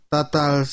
Tatal